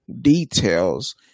details